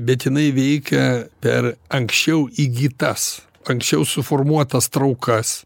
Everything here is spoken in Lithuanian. bet jinai veikia per anksčiau įgytas anksčiau suformuotas traukas